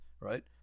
right